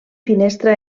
finestra